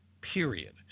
period